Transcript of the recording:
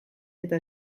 eta